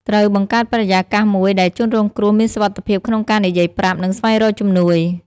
ត្រូវបង្កើតបរិយាកាសមួយដែលជនរងគ្រោះមានសុវត្ថិភាពក្នុងការនិយាយប្រាប់ និងស្វែងរកជំនួយ។